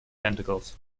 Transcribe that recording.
tentacles